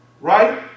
Right